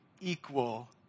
equal